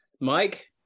Mike